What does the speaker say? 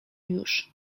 już